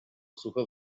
sucho